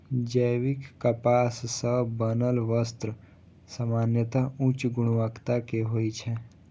जैविक कपास सं बनल वस्त्र सामान्यतः उच्च गुणवत्ता के होइ छै